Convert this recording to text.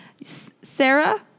Sarah